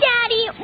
Daddy